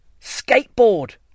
skateboard